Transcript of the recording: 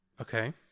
Okay